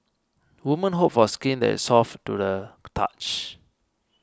women hope for skin that is soft to the touch